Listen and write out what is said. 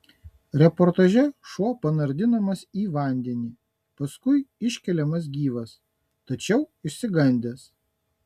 reportaže šuo panardinamas į vandenį paskui iškeliamas gyvas tačiau išsigandęs